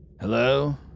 Hello